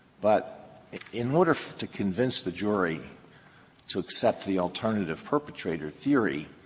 but in order to convince the jury to accept the alternative perpetrator theory,